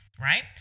right